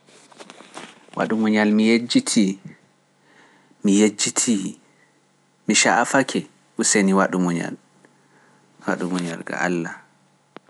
Waɗu munyal mi yejjitii, mi yejjitii, mi ca'afake, useni waɗu munyal, waɗu munyal nga Allah